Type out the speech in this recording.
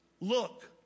look